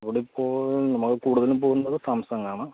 ഇവിടിപ്പോൾ നമുക്ക് കൂടുതലും പോകുന്നത് സാംസങ്ങാണ്